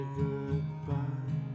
goodbye